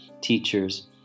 teachers